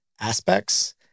aspects